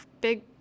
big